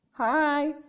Hi